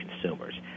consumers